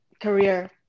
career